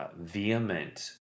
vehement